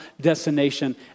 destination